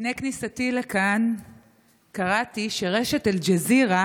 לפני כניסתי לכאן קראתי שרשת אל-ג'זירה